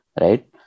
right